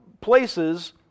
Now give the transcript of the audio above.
places